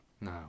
No